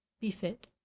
befit